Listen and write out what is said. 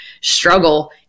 struggle